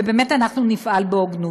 ובאמת אנחנו נפעל בהוגנות.